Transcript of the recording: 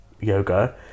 yoga